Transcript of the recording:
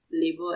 labor